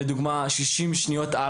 לדוגמה, 60 שניות על